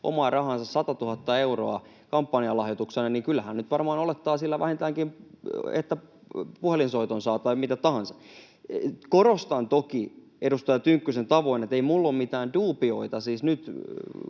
omaa rahaansa 100 000 euroa kampanjalahjoituksena, niin kyllähän nyt varmaan olettaa, että sillä vähintäänkin puhelinsoiton saa tai mitä tahansa. Korostan toki edustaja Tynkkysen tavoin, ettei minulla ole mitään duubioita siis nyt